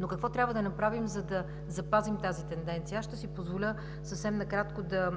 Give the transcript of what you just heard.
но какво трябва да направим, за да запазим тази тенденция? Аз ще си позволя съвсем накратко да